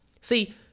See